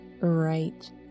right